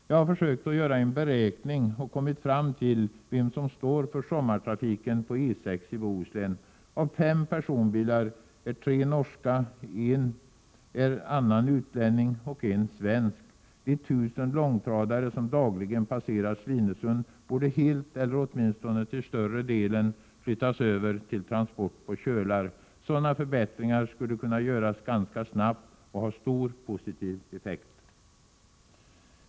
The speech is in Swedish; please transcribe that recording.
Jag har försökt att göra en beräkning och har kommit fram till vilka som står för sommartrafiken på E 6 i Bohuslän. Av fem personbilar är tre norska, en personbil kommer från ett annat främmande land och en personbil är 55 svensk. De tusen långtradare som dagligen passerar Svinesund borde helt eller åtminstone till större delen flyttas över till transport på kölar. Sådana förbättringar skulle kunna göras ganska snabbt och ha stor positiv effekt.